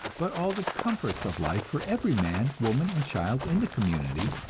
but all the comforts of life for every man, woman and child in the community,